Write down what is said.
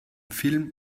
film